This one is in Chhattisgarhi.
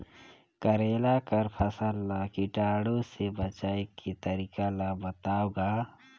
करेला कर फसल ल कीटाणु से बचाय के तरीका ला बताव ग?